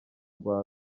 rwa